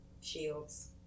shields